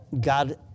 God